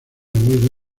muy